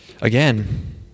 Again